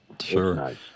Sure